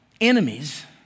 enemies